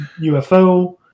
UFO